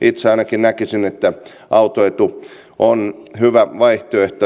itse ainakin näkisin että autoetu on hyvä vaihtoehto